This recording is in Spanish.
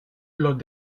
los